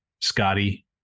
Scotty